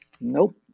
Nope